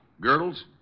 Girdles